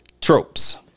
Tropes